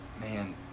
man